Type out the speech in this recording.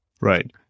Right